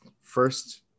First